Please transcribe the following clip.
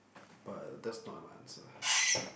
but that's not my answer